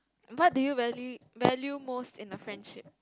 what do you value value most in a friendship